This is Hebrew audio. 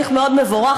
הוא תהליך מאוד מבורך,